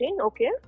Okay